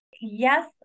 yes